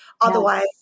Otherwise